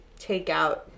takeout